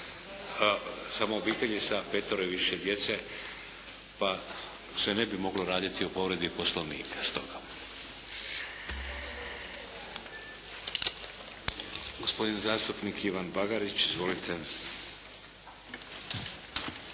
samo obitelji sa petero i više djece, pa se ne bi moglo raditi o povredi Poslovnika stoga. Gospodin zastupnik Ivan Bagarić. Izvolite.